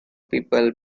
people